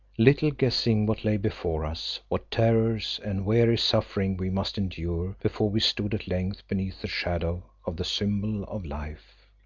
little guessing what lay before us, what terrors and weary suffering we must endure before we stood at length beneath the shadow of the symbol of life.